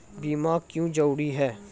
बीमा क्यों जरूरी हैं?